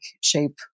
shape